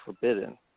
forbidden